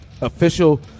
official